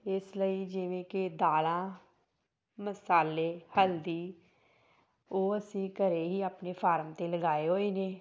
ਇਸ ਲਈ ਜਿਵੇਂ ਕਿ ਦਾਲਾਂ ਮਸਾਲੇ ਹਲਦੀ ਉਹ ਅਸੀਂ ਘਰ ਹੀ ਆਪਣੇ ਫਾਰਮ 'ਤੇ ਲਗਾਏ ਹੋਏ ਨੇ